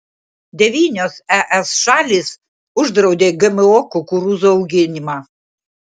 devynios es šalys uždraudė gmo kukurūzų auginimą